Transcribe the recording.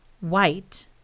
white